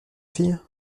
fille